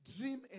Dream